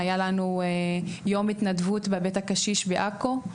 היה לנו יום התנגבות בבית הקשיש בעכו.